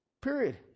Period